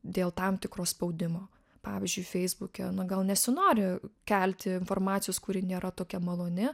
dėl tam tikro spaudimo pavyzdžiui feisbuke nu gal nesinori kelti informacijos kuri nėra tokia maloni